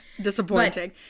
disappointing